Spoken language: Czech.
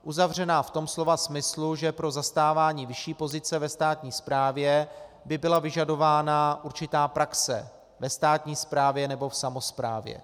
Uzavřená v tom slova smyslu, že pro zastávání vyšší pozice ve státní správě by byla vyžadována určitá praxe ve státní správě nebo v samosprávě.